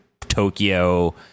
Tokyo